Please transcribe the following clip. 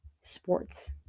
sports